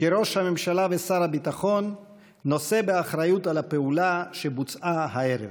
ראש הממשלה ושר הביטחון נושא באחריות על הפעולה שבוצעה הערב".